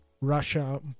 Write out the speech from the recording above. Russia